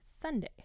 Sunday